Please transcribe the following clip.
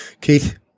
Keith